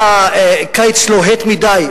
היה קיץ לוהט מדי,